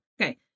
Okay